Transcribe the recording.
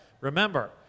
Remember